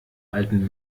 alten